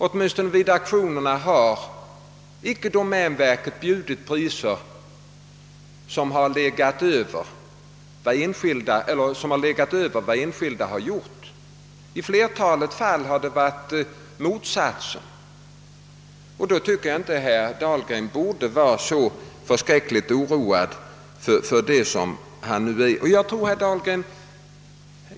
I varje fall vid auktionerna har de priser som domänverket bjudit icke legat över de priser som enskilda bjudit. I flertalet fall har vi haft det motsatta förhållandet. Under sådana förhållanden borde herr Dahlgren inte vara så förskräckligt orolig som han är.